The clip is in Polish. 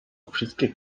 wszystkie